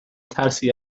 ترسی